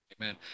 Amen